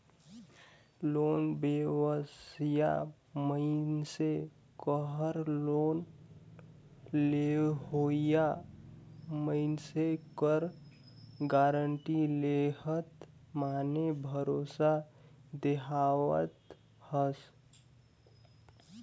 loan लेवइया मइनसे कहर लोन लेहोइया मइनसे कर गारंटी लेहत माने भरोसा देहावत हस